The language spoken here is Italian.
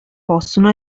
possono